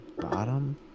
Bottom